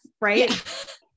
right